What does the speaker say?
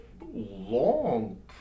long